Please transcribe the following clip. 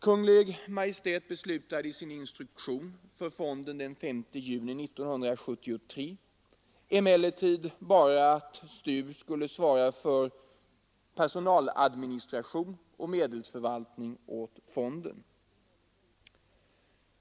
Kungl. Maj:t beslutade emellertid i sin instruktion för fonden den 5 juni 1973 bara att STU skulle svara för medelsförvaltning åt fonden.